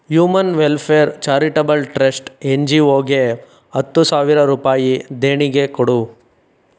human welfare charitable trust N G ಒಗೆ ಹತ್ತು ಸಾವಿರ ರೂಪಾಯಿ ದೇಣಿಗೆ ಕೊಡು